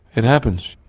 it happens.